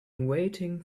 waiting